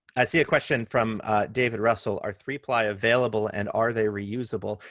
i see a question from david russell, are three-ply available and are they reusable?